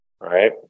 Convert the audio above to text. right